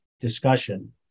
discussion